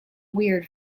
weird